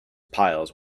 piles